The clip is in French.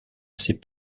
ses